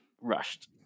rushed